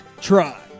try